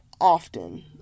often